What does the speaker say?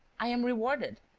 i am rewarded,